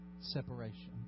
separation